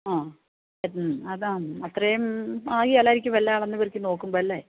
ആ ആ അതാണ് അത്രയും ആവുകയില്ലായിരിക്കും എല്ലാം അളന്നു പിടിച്ചു നോക്കുമ്പോൾ അല്ലേ